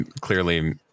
clearly